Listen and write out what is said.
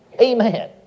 amen